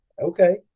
Okay